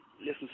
Listen